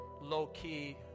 low-key